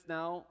now